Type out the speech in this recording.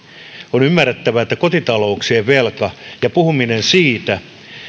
on ymmärrettävä että puhuessamme kotitalouksien velasta ja siitä